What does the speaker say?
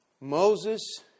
Moses